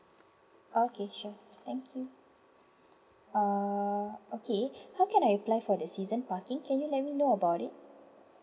okay sure thank you uh okay how can I apply for the season parking can you let me know about it